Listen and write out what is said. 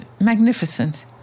magnificent